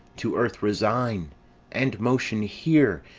to earth resign end motion here,